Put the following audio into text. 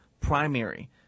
primary –